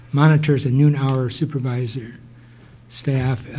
monitors, and noon hour supervisors staff,